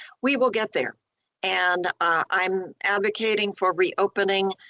we will get there and i'm advocating for reopening,